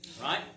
Right